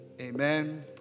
amen